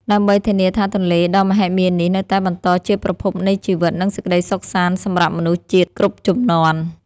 ដើម្បីធានាថាទន្លេដ៏មហិមានេះនៅតែបន្តជាប្រភពនៃជីវិត និងសេចក្ដីសុខសាន្តសម្រាប់មនុស្សជាតិគ្រប់ជំនាន់។